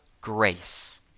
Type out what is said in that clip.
grace